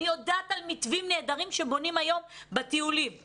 אני יודעת על מתווים נהדרים שבונים היום בטיולים,